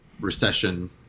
recession